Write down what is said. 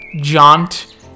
jaunt